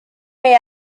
may